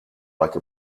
like